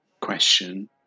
question